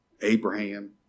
Abraham